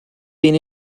been